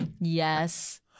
Yes